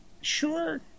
sure